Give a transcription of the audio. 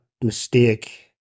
mistake